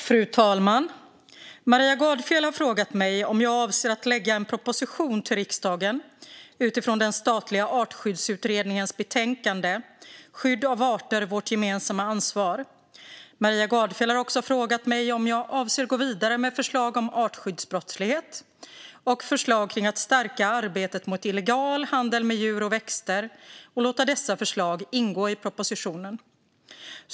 Fru talman! Maria Gardfjell har frågat mig om jag avser att lägga fram en proposition till riksdagen utifrån den statliga Artskyddsutredningens betänkande Skydd av arter - vårt gemensamma ansvar . Maria Gardfjell har också frågat mig om jag avser att gå vidare med förslag om artskyddsbrottslighet och förslag kring att stärka arbetet mot illegal handel med djur och växter och låta dessa förslag ingå i propositionen.